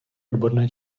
odborné